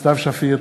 סתיו שפיר,